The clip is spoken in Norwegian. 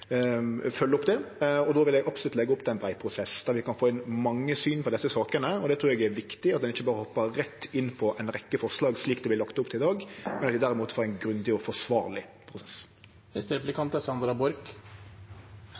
absolutt leggje opp til ein brei prosess der vi kan få inn mange syn på desse sakene. Det trur eg er viktig – at ein ikkje berre hoppar rett inn på ei rekkje forslag slik det vart lagt opp til i dag, men derimot får ein grundig og forsvarleg